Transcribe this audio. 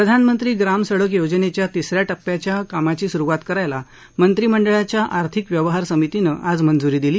प्रधानमंत्री ग्राम सडक योजनेच्या तिस या टप्प्याच्या कामाची सुरुवात करायला मंत्रिमंडळाच्या आर्थिक व्यवहार समितीनं आज मंजूरी दिली